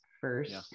first